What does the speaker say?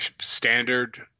standard